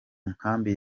nkambi